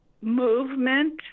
movement